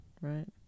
Right